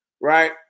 right